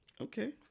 Okay